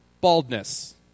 baldness